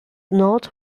not